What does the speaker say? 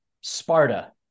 Sparta